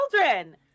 children